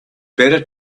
better